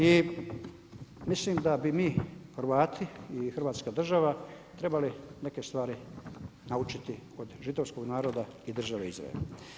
I mislim da bi mi Hrvati i hrvatska država trebali neke stvari naučiti od Židovskog naroda i države Izrael.